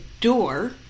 door